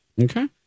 Okay